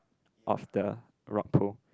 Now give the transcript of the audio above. of the rock pool